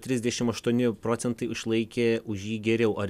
trisdešim aštuoni procentai išlaikė už jį geriau ar